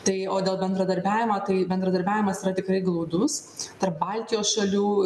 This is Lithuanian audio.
tai o dėl bendradarbiavimo tai bendradarbiavimas yra tikrai glaudus tarp baltijos šalių